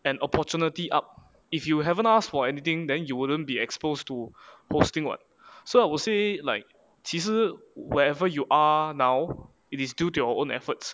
an opportunity up if you haven't ask for anything then you wouldn't be exposed to hosting what so I would say like 其实 wherever you are now it is due to our own efforts